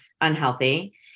unhealthy